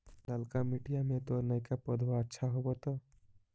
ललका मिटीया मे तो नयका पौधबा अच्छा होबत?